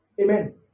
Amen